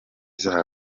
zabo